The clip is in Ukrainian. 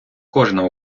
кожна